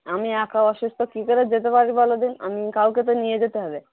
আমি একা অসুস্থ কী করে যেতে পারি বলো দেখি আমি কাউকে তো নিয়ে যেতে হবে